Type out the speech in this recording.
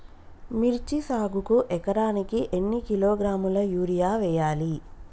మిర్చి సాగుకు ఎకరానికి ఎన్ని కిలోగ్రాముల యూరియా వేయాలి?